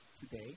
today